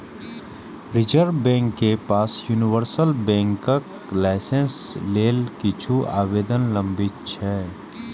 reserve bank के पास universal बैंकक लाइसेंस लेल किछु आवेदन लंबित छै